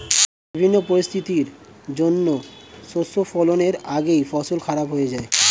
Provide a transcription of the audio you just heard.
বিভিন্ন পরিস্থিতির জন্যে শস্য ফলনের আগেই ফসল খারাপ হয়ে যায়